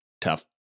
tough